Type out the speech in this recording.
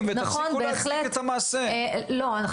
נכון,